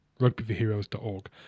rugbyforheroes.org